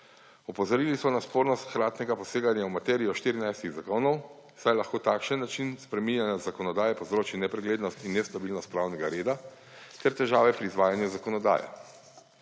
Opozorili so na spornost hkratnega poseganja v materijo 14 zakonov, saj lahko takšen način spreminjanja zakonodaje povzročil nepreglednost in nestabilnost pravnega reda ter težave pri izvajanju zakonodaje.